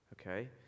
Okay